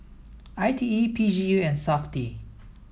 I T E P G E and SAFTI